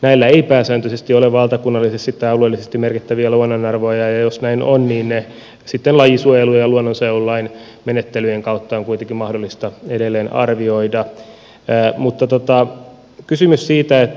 näillä ei pääsääntöisesti ole valtakunnallisesti tai alueellisesti merkittäviä luonnonarvoja ja jos näin on niin ne sitten lajisuojelun ja luonnonsuojelulain menettelyjen kautta on kuitenkin mahdollista edelleen arvioida